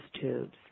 tubes